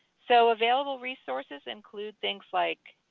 so available resources include things like